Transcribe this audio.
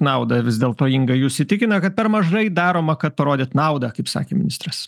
naudą vis dėlto inga jus įtikina kad per mažai daroma kad parodyt naudą kaip sakė ministras